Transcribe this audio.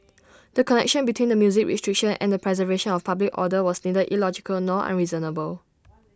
the connection between the music restriction and the preservation of public order was neither illogical nor unreasonable